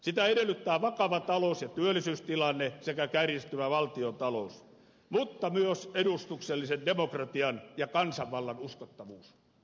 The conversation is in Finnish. sitä edellyttää vakava talous ja työllisyystilanne sekä kärjistyvä valtiontalous mutta myös edustuksellisen demokratian ja kansanvallan uskottavuus